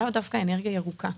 למה דווקא אנרגיה ירוקה?